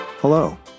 Hello